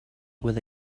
with